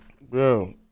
bro